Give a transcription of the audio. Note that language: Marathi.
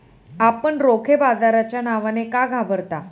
आपण रोखे बाजाराच्या नावाने का घाबरता?